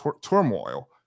turmoil